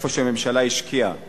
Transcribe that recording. איפה שהממשלה השקיעה